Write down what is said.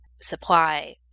supply